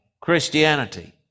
Christianity